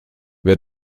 wer